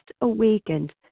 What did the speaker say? awakened